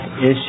issues